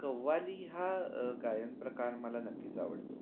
कव्वाली हा गायनप्रकार मला नक्कीच आवडतो